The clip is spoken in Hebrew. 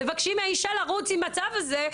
מבקשים מהאישה לרוץ עם הצו הזה,